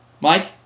Mike